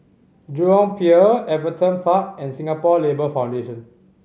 Jurong Pier Everton Park and Singapore Labour Foundation